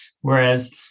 whereas